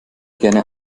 gerne